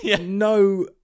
no